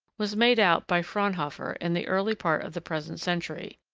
was made out by fraunhofer in the early part of the present century,